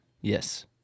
Yes